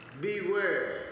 Beware